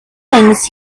things